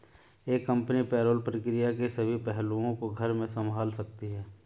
एक company payroll प्रक्रिया के सभी पहलुओं को घर में संभाल सकती है